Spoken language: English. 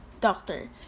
doctor